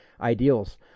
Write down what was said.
ideals